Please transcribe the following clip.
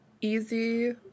Easy